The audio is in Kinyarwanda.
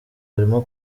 barimo